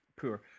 poor